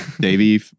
Davey